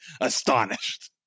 astonished